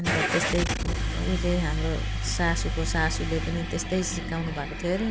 अन्त त्यस्तै उहिले हाम्रो सासूको सासूले पनि त्यस्तै सिकाउनुभएको थियो अरे